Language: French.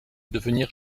devenir